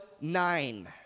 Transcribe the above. nine